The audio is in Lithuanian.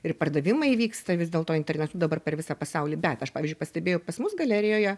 ir pardavimai vyksta vis dėlto internetu dabar per visą pasaulį bet aš pavyzdžiui pastebėjau pas mus galerijoje